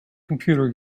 computer